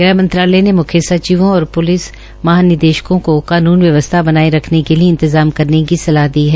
ग़हमंत्रालय ने म्ख्य सचिवों और लिस महानिदेश्कों की कानूनी व्यवस्था बनाये रखने के लिये इंतजाम करने की सलाह दी है